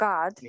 God